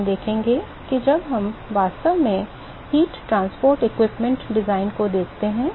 तो हम देखेंगे कि जब हम वास्तव में ऊष्मा परिवहन उपकरण डिजाइन को देखते हैं